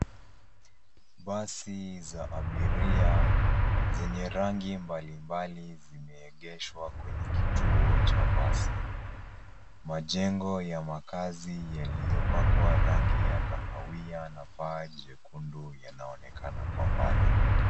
Wasi za abiria zenye rangi mbalimbali zimeegeshwa kwenye kituo cha basi, majengo ya makazi yaliyopakwa rangi ya kahawia na paa jekundu yanaonekana kwa mbali.